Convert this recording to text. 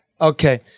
Okay